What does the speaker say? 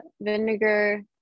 vinegar